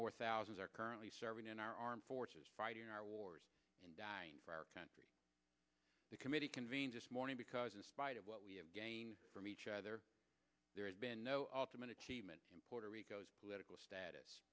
more thousands are currently serving in our armed forces fighting our wars and dying for our country the committee convenes this morning because in spite of what we have gained from each other there has been no ultimate achievement in puerto rico's political status